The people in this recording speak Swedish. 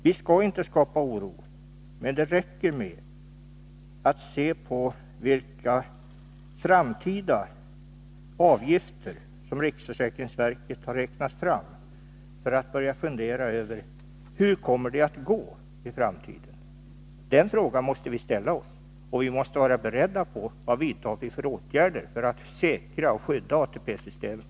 Vi skall inte skapa oro, men det räcker med att se på vilka framtida avgifter som riksförsäkringsverket har räknat fram för att man skall börja fundera över hur det kommer att gå i framtiden. Den frågan måste viställa oss, och vi måste vara beredda på de åtgärder som måste vidtas för att säkra och skydda ATP-systemet.